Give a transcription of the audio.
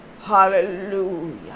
Hallelujah